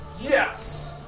Yes